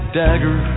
dagger